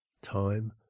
time